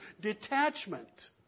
detachment